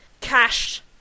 Cash